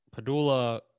Padula